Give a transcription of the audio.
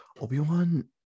Obi-Wan